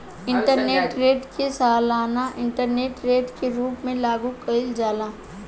interest rate के सालाना interest rate के रूप में लागू कईल जाला